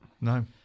No